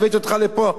הבאתי אותך לפה.